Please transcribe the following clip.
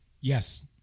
Yes